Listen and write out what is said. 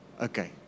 Okay